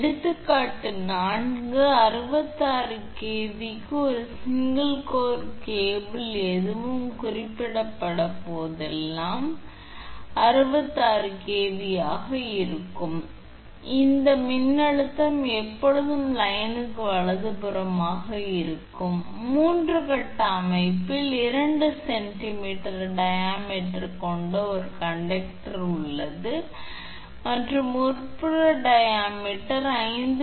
எடுத்துக்காட்டு நான்கு 66 kV க்கு ஒரு சிங்கள் கோர் கேபிள் எதுவும் குறிப்பிடப்படாத போதெல்லாம் இது 66 kV ஆக இருக்கும் இந்த மின்னழுத்தம் எப்பொழுதும் லைனுக்கு வலதுபுறமாக இருக்கும் 3 கட்ட அமைப்பில் 2 சென்டிமீட்டர் டையாமீட்டர் கொண்ட ஒரு கண்டக்டர் உள்ளது மற்றும் உட்புற டையாமீட்டர் 5